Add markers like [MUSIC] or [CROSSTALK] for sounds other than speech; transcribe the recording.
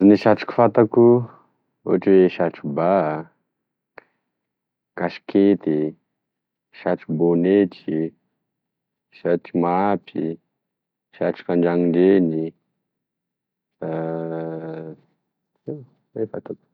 Gne satroky fantako ohatry oe satro ba, kasikety, satro bonetry, satro mapy, satroky andrano legny, [HESITATION] zay zay fantako.